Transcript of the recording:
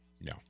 No